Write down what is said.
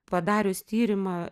padarius tyrimą